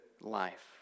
life